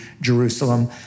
Jerusalem